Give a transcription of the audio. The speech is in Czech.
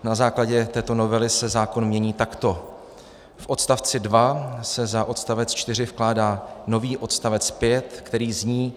Na základě této novely se zákon mění takto: V odst. 2 se za odst. 4 vkládá nový odst. 5, který zní: